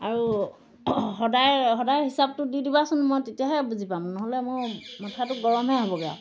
আৰু সদায় সদায় হিচাপটো দি দিবাচোন মই তেতিয়াহে বুজি পাম নহ'লে মোৰ মাথাটো গৰমহে হ'বগৈ আৰু